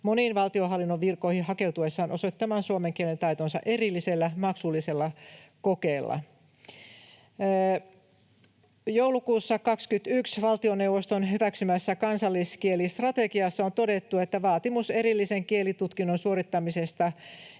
moniin valtionhallinnon virkoihin hakeutuessaan osoittamaan suomen kielen taitonsa erillisellä maksullisella kokeella. Joulukuussa 2021 valtioneuvoston hyväksymässä kansalliskielistrategiassa on todettu, että vaatimus erillisen kielitutkinnon suorittamisesta